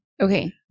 Okay